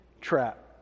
trap